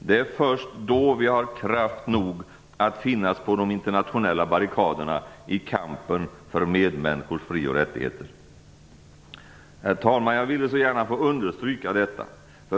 Det är först då vi har kraft nog att finnas på de internationella barrikaderna i kampen för medmänniskors fri och rättigheter. Herr talman! Jag ville så gärna få understryka detta.